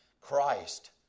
Christ